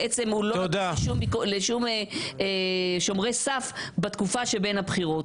בעצם הוא לא נתון לשום ביקורת שומרי סף בתקופה שבין הבחירות.